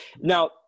Now